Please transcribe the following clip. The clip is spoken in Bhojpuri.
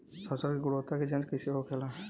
फसल की गुणवत्ता की जांच कैसे होखेला?